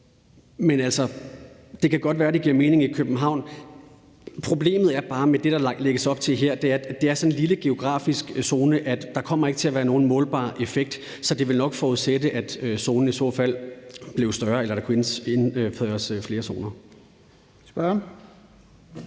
Det kan godt være, det giver mening i København. Problemet er bare, at med det, der lægges op til her, er det en så geografisk lille zone, at der ikke kommer til at være nogen målbar effekt, så det vil nok forudsætte, at zonen i så fald bliver større, eller at der indføres flere zoner.